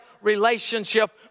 relationship